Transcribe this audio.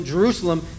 Jerusalem